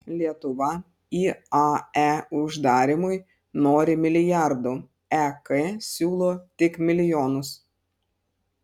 lietuva iae uždarymui nori milijardų ek siūlo tik milijonus